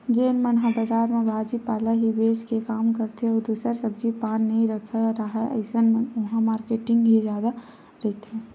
जेन मन ह बजार म भाजी पाला ही बेंच के काम करथे अउ दूसर सब्जी पान नइ रखे राहय अइसन म ओहा मारकेटिंग ही जादा रहिथे